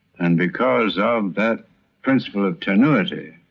and because of that principle of tenuity,